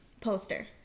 poster